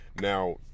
Now